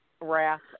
wrath